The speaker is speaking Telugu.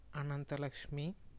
అనంతలక్ష్మి